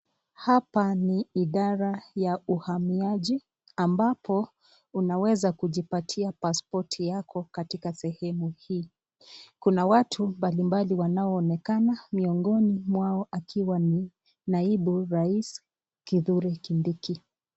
Hapa ni idara ya uhamiaji ambapo unaweza kujipatia paspoti yako katika sehemu hii, kuna watu mbali mbali wanaonekana miongoni mwao akiwa ni naibu rais Kithure Kindiki.